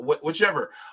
whichever